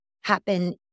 happen